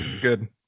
good